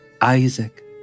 Isaac